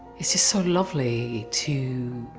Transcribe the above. it's just so lovely to